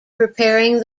preparing